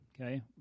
okay